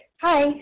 Hi